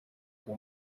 kwa